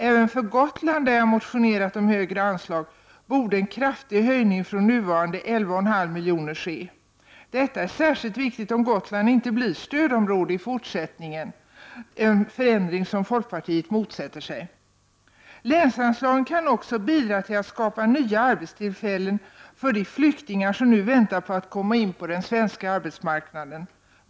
Även för Gotland, som jag motionerat om högre anslag för, borde en kraftig höjning från nuvarande 11,5 miljoner ske. Detta är särskilt viktigt om Gotland inte blir stödområde i fortsättningen, en förändring som folkpartiet motsätter sig. Länsanslagen kan också bidra till att skapa nya arbetstillfällen för de flyktingar som nu väntar på att komma in på den svenska arbetsmarknaden.